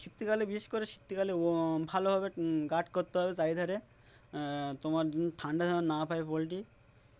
শীতকালে বিশেষ করে শীতকালে ও ভালোভাবে গার্ড করতে হবে চার ধারে তোমার ঠান্ডা ধা না পায় পোলট্রি